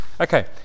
Okay